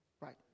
Right